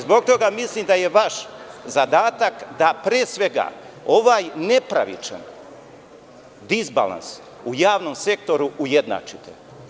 Zbog toga mislim da je vaš zadatak da ovaj nepravičan disbalans u javnom sektoru ujednačite.